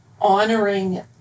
honoring